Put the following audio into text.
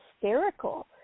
hysterical